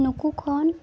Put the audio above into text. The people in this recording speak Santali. ᱱᱩᱠᱩ ᱠᱷᱚᱱ